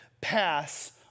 pass